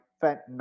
Fenton